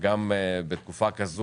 בתקופה כזאת,